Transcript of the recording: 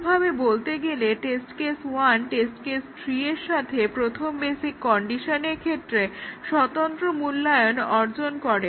অন্যভাবে বলতে গেলে টেস্ট কেস 1 টেস্ট কেস 3 এর সাথে প্রথম বেসিক কন্ডিশনের ক্ষেত্রে স্বতন্ত্র মূল্যায়ন অর্জন করে